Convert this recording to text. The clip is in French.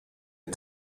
est